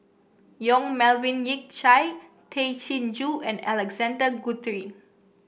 Yong Melvin Yik Chye Tay Chin Joo and Alexander Guthrie